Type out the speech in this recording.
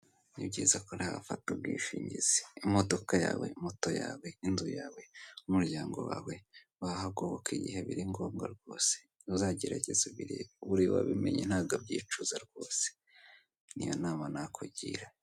Nibyiza ko nawe wafata ubwishingizi imodoka yawe, moto yawe, inzu yawe, n'umuryango wawe bahagoboka igihe biri ngombwa rwose uzagerageze ubirebe buriya uwabimenye ntago abyicuza rwose, niyo nama nakugira.